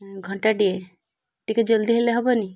ଘଣ୍ଟାଟିଏ ଟିକେ ଜଲ୍ଦି ହେଲେ ହବନି